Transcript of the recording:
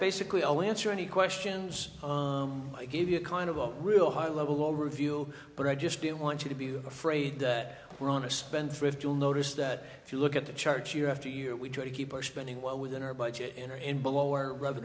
basically all answer any questions i give you a kind of a real high level review but i just don't want you to be afraid that we're on a spendthrift you'll notice that if you look at the charts year after year we try to keep our spending well within our budget and or in below our r